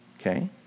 Okay